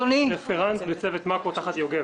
רפרנט בצוות מאקרו תחת יוגב.